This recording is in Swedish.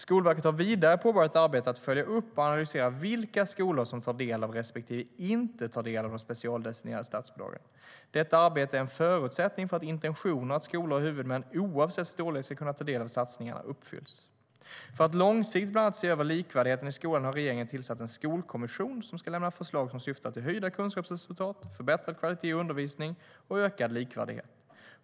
Skolverket har vidare påbörjat ett arbete med att följa upp och analysera vilka skolor som tar del respektive inte tar del av de specialdestinerade statsbidragen. Detta arbete är en förutsättning för att intentionen att skolor och huvudmän oavsett storlek ska kunna ta del av satsningarna uppfylls. För att långsiktigt bland annat se över likvärdigheten i skolan har regeringen tillsatt en skolkommission som ska lämna förslag som syftar till höjda kunskapsresultat, förbättrad kvalitet i undervisningen och ökad likvärdighet.